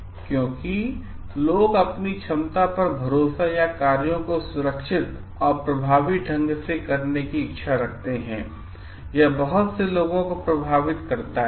इसलिए क्योंकि लोग अपनी क्षमता पर भरोसा या कार्यों को सुरक्षित और प्रभावी ढंग से करने की इच्छा करते हैं और यह बहुत से लोगों को प्रभावित करता है